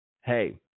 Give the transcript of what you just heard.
Hey